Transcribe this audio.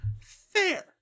fair